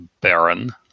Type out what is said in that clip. Baron